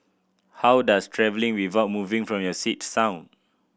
how does travelling without moving from your seat sound